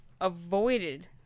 avoided